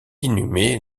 inhumé